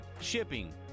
shipping